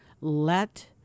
let